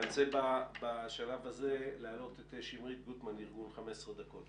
אני רוצה בשלב הזה להעלות את שמרית גוטמן מארגון 15 דקות.